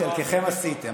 חלקכם עשיתם.